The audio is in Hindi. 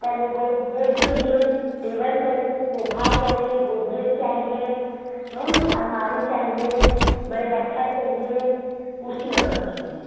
पहले बेड चाहिए टेबल चाहिए सोफा चाहिए गोदरेज चाहिए अलमारी चाहिए बड़े बक्सा चाहिए कुर्सी और चाहिए